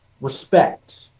Respect